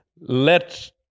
let